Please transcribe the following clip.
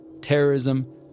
terrorism